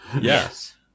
yes